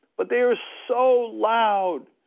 but they are so loud,